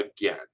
again